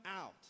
out